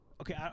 okay